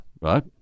right